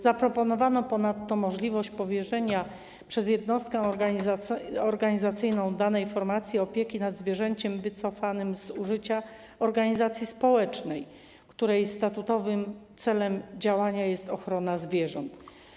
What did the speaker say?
Zaproponowano ponadto możliwość powierzenia przez jednostkę organizacyjną danej formacji opieki nad zwierzęciem wycofanym z użycia organizacji społecznej, której statutowym celem działania jest ochrona zwierząt.